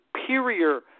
superior